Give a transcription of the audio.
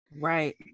Right